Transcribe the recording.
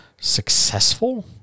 successful